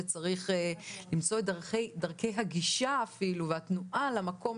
וצריך למצוא את דרכי הגישה אפילו והתנועה למקום